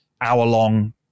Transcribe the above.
hour-long